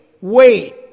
wait